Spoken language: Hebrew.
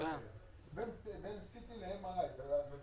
בין CT ל-MRI הם